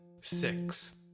six